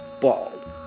bald